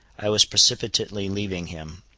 i was precipitately leaving him,